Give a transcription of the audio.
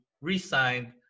re-signed